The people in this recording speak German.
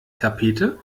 tapete